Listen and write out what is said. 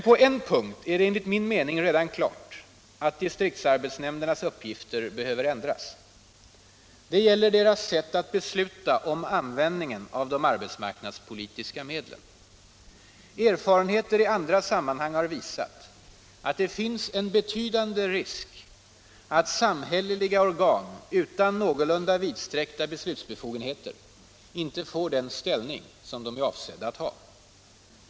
På en punkt är det dock enligt min mening redan klart, att distrikts nämndernas uppgifter behöver ändras. Det gäller deras sätt att besluta om användningen av de arbetsmarknadspolitiska medlen. Erfarenheter i andra sammanhang har visat, att det finns en betydande risk, att samhälleliga organ utan någorlunda vidsträckta beslutsbefogenheter inte får den ställning de är avsedda att ha.